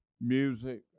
music